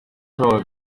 throw